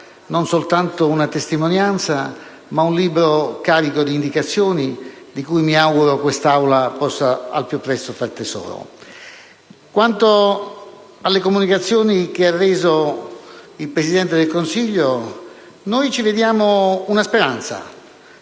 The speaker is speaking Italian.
non soltanto una testimonianza, ma anche un libro carico di indicazioni, di cui mi auguro che quest'Aula possa al più presto far tesoro. Quanto alle comunicazioni che ha reso il Presidente del Consiglio, noi ci vediamo una speranza: